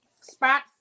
spot